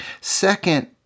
second